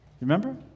Remember